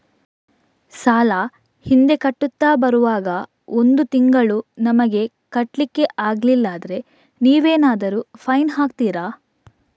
ಸಾಲ ಹಿಂದೆ ಕಟ್ಟುತ್ತಾ ಬರುವಾಗ ಒಂದು ತಿಂಗಳು ನಮಗೆ ಕಟ್ಲಿಕ್ಕೆ ಅಗ್ಲಿಲ್ಲಾದ್ರೆ ನೀವೇನಾದರೂ ಫೈನ್ ಹಾಕ್ತೀರಾ?